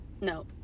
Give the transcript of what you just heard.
No